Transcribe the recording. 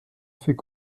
fait